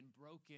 broken